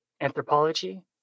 anthropology